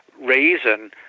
reason